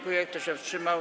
Kto się wstrzymał?